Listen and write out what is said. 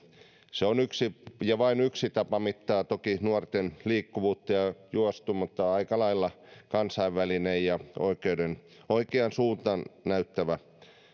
se on yksi ja toki vain yksi tapa mitata nuorten liikkuvuutta tämä juoksu mutta aika lailla kansainvälinen ja oikean suunnan näyttävä